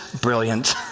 brilliant